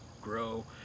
grow